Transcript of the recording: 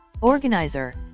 Organizer